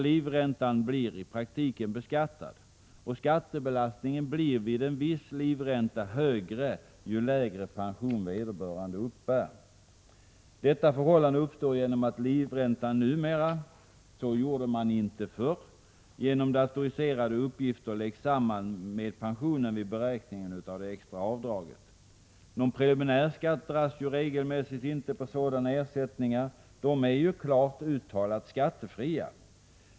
Livräntan blir i praktiken beskattad, och skattebelastningen blir vid en viss livränta högre ju lägre pension vederbörande uppbär. Detta förhållande uppstår genom att livräntan numera — så gjorde man inte förr — genom datoriserade uppgifter läggs samman med pensionen vid beräkning av det extra avdraget. Någon preliminärskatt dras regelmässigt inte på dessa ersättningar — de är ju klart uttalat skattefria.